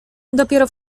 dopiero